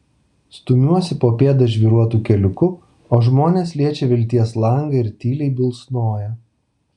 stumiuosi po pėdą žvyruotu keliuku o žmonės liečia vilties langą ir tyliai bilsnoja